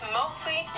mostly